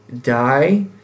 die